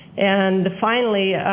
and finally,